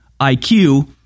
IQ